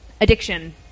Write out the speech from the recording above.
Addiction